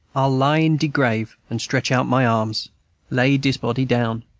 i'll lie in de grave and stretch out my arms lay dis body down.